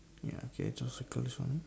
ya okay just circle this one